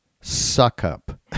suck-up